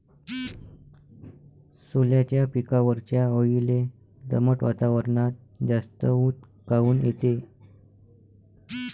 सोल्याच्या पिकावरच्या अळीले दमट वातावरनात जास्त ऊत काऊन येते?